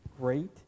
Great